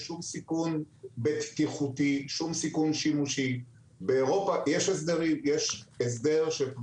ממשיכים בדיוני ועדת כלכלה בחוק ההסדרים ותקציב המדינה,